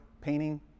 painting